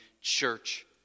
church